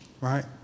right